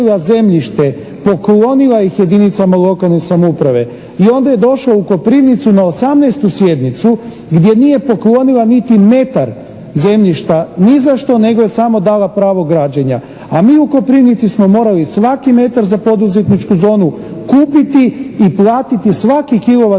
zemljište, poklonila ih jedinicama lokale samouprave i onda je došao u Koprivnicu na 18. sjednicu gdje nije poklonila niti metar zemljišta nizašto nego je samo dala pravo građenja, a mi u Koprivnici smo morali svaki metar za poduzetničku zonu kupiti i platiti svaki